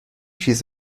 چیز